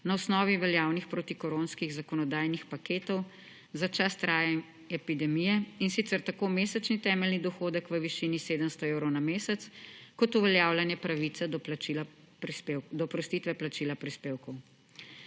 na osnovi veljavnih protikoronskih zakonodajnih paketov za čas trajanja epidemije, in sicer tako mesečni temeljni dohodek v višini 700 evrov na mesec kot uveljavljanje pravice do oprostitve plačila prispevkov.